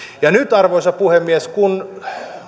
tapaan arvoisa puhemies kun